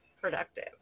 productive